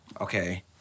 Okay